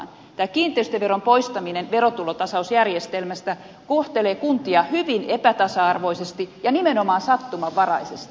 tämä kiinteistöveron poistaminen verotulotasausjärjestelmästä kohtelee kuntia hyvin epätasa arvoisesti ja nimenomaan sattumanvaraisesti